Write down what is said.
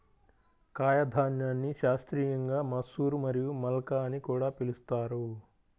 కాయధాన్యాన్ని శాస్త్రీయంగా మసూర్ మరియు మల్కా అని కూడా పిలుస్తారు